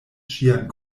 ŝian